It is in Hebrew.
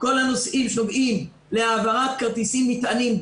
כל הנושאים שנוגעים להעברת כרטיסים נטענים,